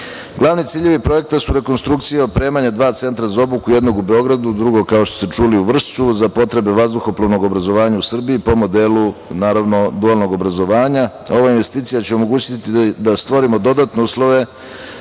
Evrope. Glavni ciljevi projekta su rekonstrukcija i opremanje dva Centra za obuku, jednog u Beogradu, drugog, kao što ste čuli, u Vršcu, za potrebe vazduhoplovnog obrazovanja u Srbiji po modelu, naravno, dualnog obrazovanja. Ova investicija će omogućiti da stvorimo dodatne uslove